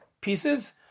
pieces